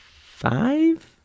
five